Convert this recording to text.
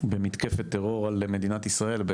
במתקפת טרור על מדינת ישראל,